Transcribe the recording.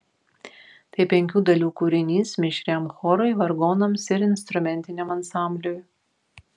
tai penkių dalių kūrinys mišriam chorui vargonams ir instrumentiniam ansambliui